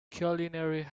culinary